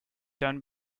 done